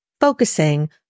focusing